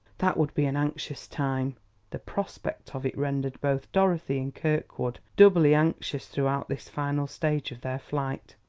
that would be an anxious time the prospect of it rendered both dorothy and kirkwood doubly anxious throughout this final stage of their flight.